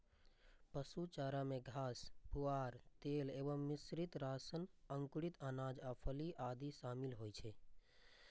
पशु चारा मे घास, पुआर, तेल एवं मिश्रित राशन, अंकुरित अनाज आ फली आदि शामिल होइ छै